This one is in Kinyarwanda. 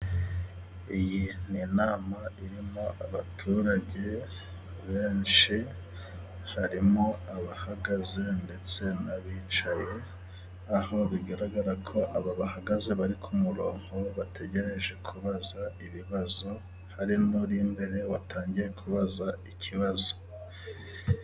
Iyi n'inama irimo abaturage benshi, harimo abahagaze, ndetse n'abicaye, aho bigaragara ko aba bahagaze, bari ku murongo bategereje kubaza ibibazo, harimo uri imbere watangiye kubaza ikibazo.